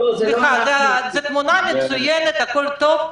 זה תמונה מצוינת, הכול טוב.